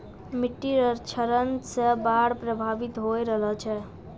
मिट्टी रो क्षरण से बाढ़ प्रभावित होय रहलो छै